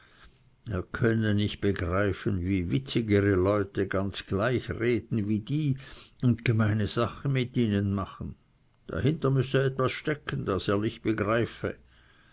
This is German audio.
er konnte nicht begreifen wie witzigere leute ganz gleich reden wie die und gemeine sache mit ihnen machen dahinter müsse etwas stecken das er nicht begreif